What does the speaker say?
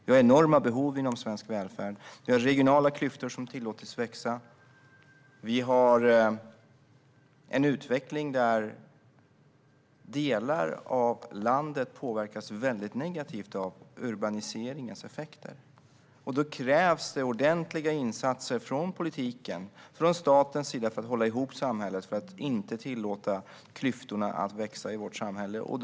Vi har enorma behov inom svensk välfärd. Vi har regionala klyftor som har tillåtits växa. Vi har en utveckling där delar av landet påverkas väldigt negativt av urbaniseringens effekter. Då krävs ordentliga insatser från politiken, från statens sida, för att hålla ihop samhället och inte tillåta klyftorna i det att växa.